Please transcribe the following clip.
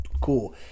Cool